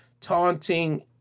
taunting